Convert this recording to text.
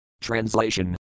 Translation